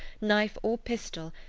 knife or pistol,